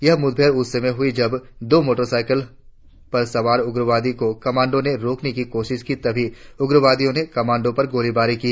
यह मुठभेड़ उस समय हुई जब दो मोटर साइकिलों पर सवार उग्रवादियों को कमांडो ने रोकने की कोशिश की तभी उग्रवादियों ने कमांडो पर गोलीबारी की